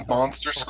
Monster